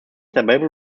available